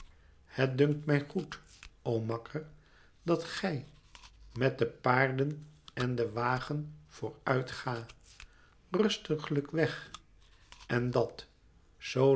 het dunkt mij goed o makker dat gij met de paarden en den wagen voor uit ga rustiglijk weg en dat zoo